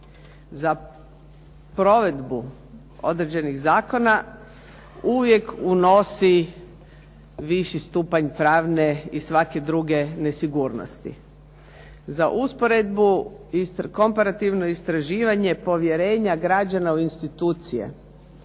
za provedbu određenih zakona, uvijek unosi viši stupanj pravne i svake druge nesigurnosti. Za usporedbu i komparativno istraživanje povjerenja građana u institucije